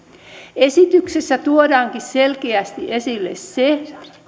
esityksessä tuodaankin selkeästi esille se